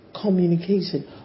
communication